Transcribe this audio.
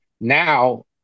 now